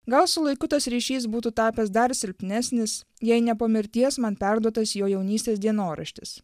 gal su laiku tas ryšys būtų tapęs dar silpnesnis jei ne po mirties man perduotas jo jaunystės dienoraštis